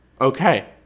Okay